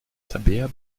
tabea